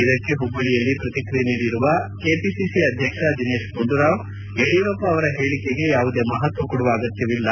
ಇದಕ್ಕೆ ಹುಬ್ಬಳ್ಳಿಯಲ್ಲಿ ಪ್ರತಿಕ್ರಿಯೆ ನೀಡಿರುವ ಕೆಪಿಸಿಸಿ ಅಧ್ಯಕ್ಷ ದಿನೇತ್ ಗುಂಡೂರಾವ್ ಯಡಿಯೂರಪ್ಪ ಅವರ ಹೇಳಿಕೆಗೆ ಯಾವುದೇ ಮಹತ್ವ ಕೊಡುವ ಅಗತ್ಯವಿಲ್ಲ